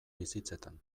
bizitzetan